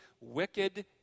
wicked